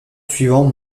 suivant